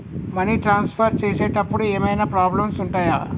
Money transfer చేసేటప్పుడు ఏమైనా problems ఉంటయా?